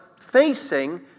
facing